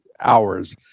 hours